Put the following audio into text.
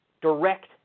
direct